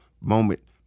moment